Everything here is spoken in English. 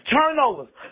Turnovers